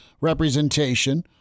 representation